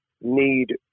need